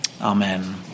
Amen